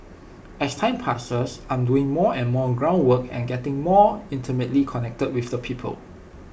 as time passes I'm doing more and more ground work and getting more intimately connected with the people